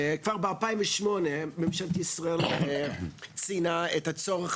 כבר ב-2008 ממשלת ישראל ציינה את הצורך